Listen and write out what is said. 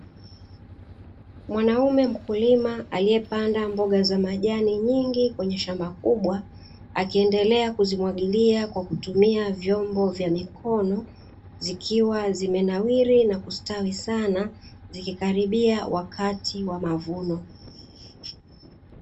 Mwanamume mkulima aliyepanda mboga za majani nyingi kwenye shamba kubwa, akiendelea kuzimwagilia kwa kutumia vyombo vya mikono zikiwa zimenawiri na kustawi sana zikikaribia wakati wa mavuno.